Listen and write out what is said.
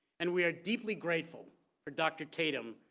and we are deeply grateful for dr. tatum,